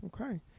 Okay